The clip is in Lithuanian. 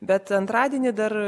bet antradienį dar